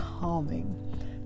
calming